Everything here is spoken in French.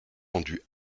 rendu